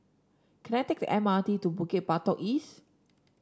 can I take the M R T to Bukit Batok East